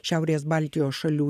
šiaurės baltijos šalių